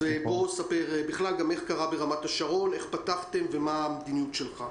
תספר איך פתחתם ומה המדיניות שלך.